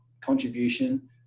contribution